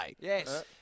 Yes